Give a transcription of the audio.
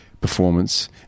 performance